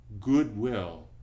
goodwill